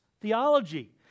theology